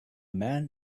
man